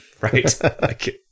right